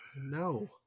no